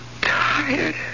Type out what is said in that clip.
tired